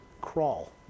crawl